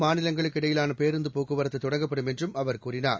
மாநிலங்களுக்கு இடையிலான பேருந்து போக்குவரத்து தொடங்கப்படும் என்றும் அவர் கூறினார்